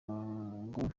ngo